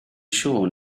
siŵr